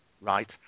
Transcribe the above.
right